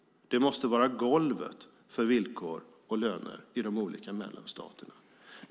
De måste vara golvet för villkor och löner i de olika medlemsstaterna.